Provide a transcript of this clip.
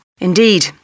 Indeed